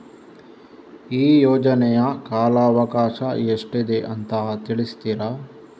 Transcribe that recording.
ಈ ಯೋಜನೆಯ ಕಾಲವಕಾಶ ಎಷ್ಟಿದೆ ಅಂತ ತಿಳಿಸ್ತೀರಾ?